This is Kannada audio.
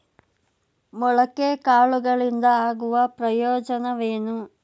ಮೊಳಕೆ ಕಾಳುಗಳಿಂದ ಆಗುವ ಪ್ರಯೋಜನವೇನು?